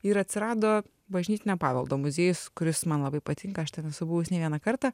ir atsirado bažnytinio paveldo muziejus kuris man labai patinka aš ten esu buvus ne vieną kartą